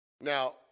Now